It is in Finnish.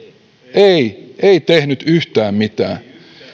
ei ei tehnyt yhtään mitään